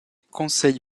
conseil